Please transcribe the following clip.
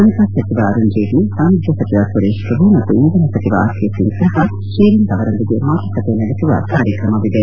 ಹಣಕಾಸು ಸಚಿವ ಅರುಣ್ ಜೀಟ್ಲೆ ವಾಣಿಜ್ಯ ಸಚಿವ ಸುರೇಶ್ ಶ್ರಭು ಮತ್ತು ಇಂಧನ ಸಚಿವ ಆರ್ ಕೆ ಸಿಂಗ್ ಸಹ ಶೇರಿಂಗ್ ಅವರೊಂದಿಗೆ ಮಾತುಕತೆ ನಡೆಸುವ ಕಾರ್ಯಕ್ರಮವಿದೆ